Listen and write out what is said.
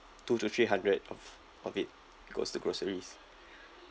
two to three hundred off of it goes to groceries